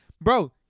Bro